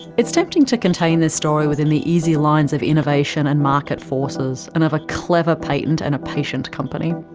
it's tempting to contain this story within the easy lines of innovation and market forces, and of a clever patent and a patient company.